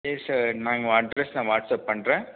சரி சார் நான் எங்கள் அட்ரஸ் நான் வாட்ஸ்அப் பண்ணுறேன்